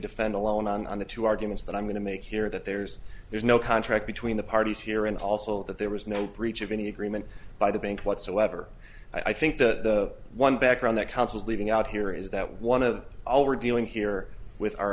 defend alone on the two arguments that i'm going to make here that there's there's no contract between the parties here and also that there was no breach of any agreement by the bank whatsoever i think the one back around that counsel's leaving out here is that one of all we're dealing here with our